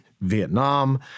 Vietnam